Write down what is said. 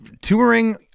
touring